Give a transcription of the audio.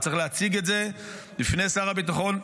הוא צריך להציג את זה בפני שר הביטחון,